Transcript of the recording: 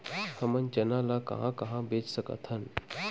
हमन चना ल कहां कहा बेच सकथन?